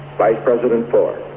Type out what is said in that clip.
vice-president ford